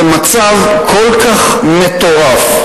זה מצב כל כך מטורף,